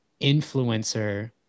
influencer